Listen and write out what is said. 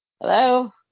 Hello